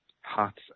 hearts